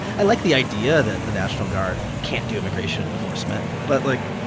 i like the idea that the national guard can't do immigration enforcement. but like,